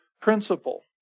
principle